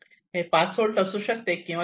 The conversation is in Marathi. हे 5 होल्ट असू शकते किंवा 3